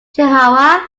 chihuahua